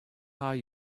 are